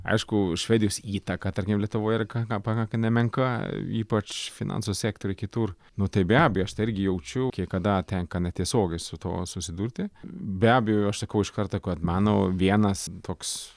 aišku švedijos įtaką tarkim lietuvoje yra gana gana nemenka ypač finansų sektoriuje kitur nu tai be abejo aš ta irgi jaučiu kai kada tenka netiesiogiai su tuo susidurti be abejo aš sakau iš karto kad mano vienas toks